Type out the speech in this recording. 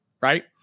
right